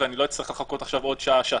ואני לא אצטרך לחכות עכשיו עוד שעה-שעתיים.